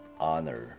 honor